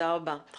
גם